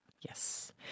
Yes